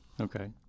Okay